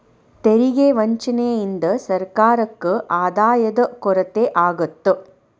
ತೆರಿಗೆ ವಂಚನೆಯಿಂದ ಸರ್ಕಾರಕ್ಕ ಆದಾಯದ ಕೊರತೆ ಆಗತ್ತ